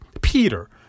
Peter